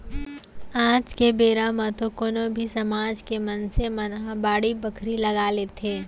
आज के बेरा म तो कोनो भी समाज के मनसे मन ह बाड़ी बखरी लगा लेथे